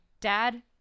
dad